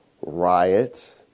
riot